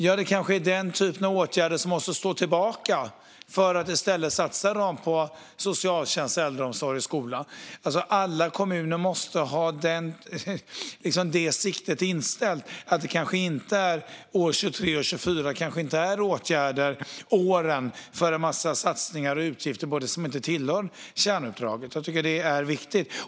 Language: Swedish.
Det är kanske den typen av åtgärder som måste stå tillbaka för att man i stället ska satsa på socialtjänst, äldreomsorg och skola. Alla kommuner måste ha siktet inställt på att åren 2023 och 2024 kanske inte är åren för en massa satsningar och utgifter som inte tillhör kärnuppdraget. Jag tycker att det är viktigt.